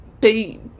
they-